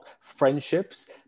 friendships